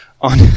on